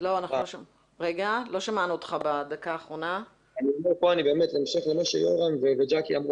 בהמשך למה שאמרו יורם וג'קי,